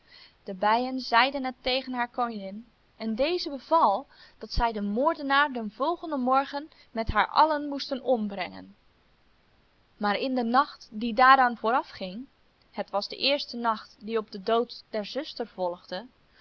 de bijen zeiden het tegen haar koningin en deze beval dat zij den moordenaar den volgenden morgen met haar allen moesten ombrengen maar in den nacht die daaraan voorafging het was de eerste nacht die op den dood der zuster volgde